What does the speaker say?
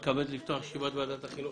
אני מתכבד לפתוח את ישיבת ועדת החינוך,